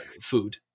food